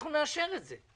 אנחנו נאשר את זה.